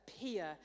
appear